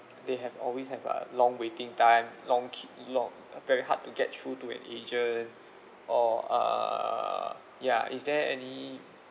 they have always have a long waiting time long queue long very hard to get through to an agent or err ya is there any